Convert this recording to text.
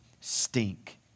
stink